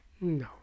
no